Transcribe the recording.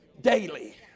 daily